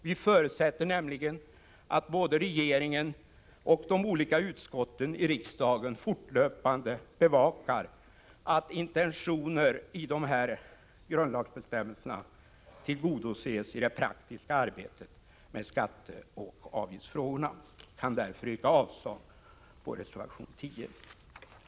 Vi förutsätter nämligen att både regeringen och de olika utskotten i riksdagen fortlöpande bevakar att intentionerna i de här grundlagsbestämmelserna tillgodoses i det praktiska arbetet med skatteoch avgiftsfrågor. Jag kan därför yrka avslag på reservation 10.